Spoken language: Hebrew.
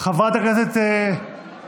חברת הכנסת רייטן.